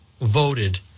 voted